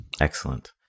Excellent